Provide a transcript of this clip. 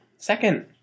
Second